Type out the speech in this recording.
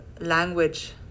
language